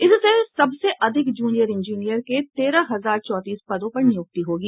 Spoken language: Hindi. इसमें सबसे अधिक जूनियर इंजीनियर के तेरह हजार चौंतीस पदों पर नियुक्ति होगी